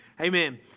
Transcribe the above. Amen